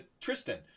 tristan